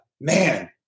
man